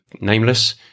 nameless